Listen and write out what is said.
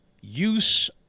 use